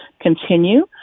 continue